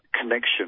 Connection